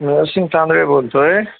मी नरसिंग तांदळे बोलतो आहे